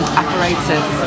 apparatus